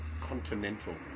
continental